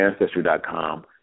Ancestry.com